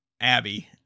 Abby